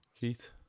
Keith